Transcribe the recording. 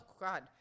God